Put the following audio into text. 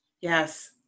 yes